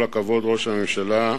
כל הכבוד, ראש הממשלה.